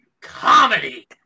Comedy